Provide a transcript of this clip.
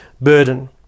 burden